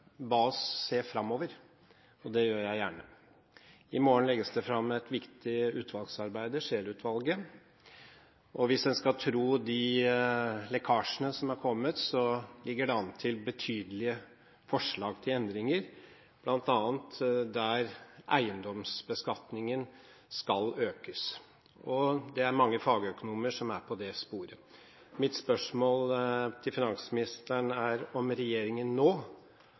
oss se framover, og det gjør jeg gjerne. I morgen legges det fram et viktig utvalgsarbeid av Scheel-utvalget. Hvis en skal tro de lekkasjene som er kommet, ligger det an til betydelige forslag til endringer, bl.a. skal eiendomsbeskatningen økes. Det er mange fagøkonomer som er på det sporet. Mitt spørsmål til finansministeren er om regjeringen nå